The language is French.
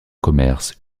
commerce